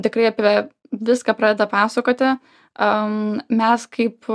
tikrai apie viską pradeda pasakoti am mes kaip